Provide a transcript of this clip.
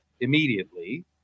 immediately